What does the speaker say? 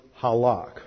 halak